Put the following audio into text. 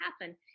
happen